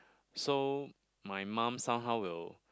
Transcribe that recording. so my mum somehow will